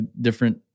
different